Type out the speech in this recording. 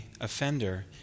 offender